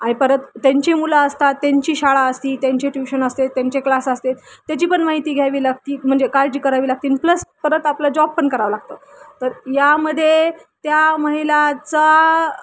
आणि परत त्यांची मुलं असतात त्यांची शाळा असती त्यांचे ट्यूशन असते त्यांचे क्लास असते त्याची पण माहिती घ्यावी लागते म्हणजे काळजी करावी लागते न प्लस परत आपला जॉब पण करावा लागतो तर यामध्ये त्या महिलाचा